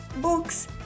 books